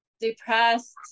depressed